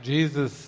Jesus